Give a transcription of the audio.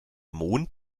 mond